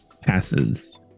passes